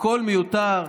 הכול מיותר.